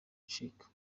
ucika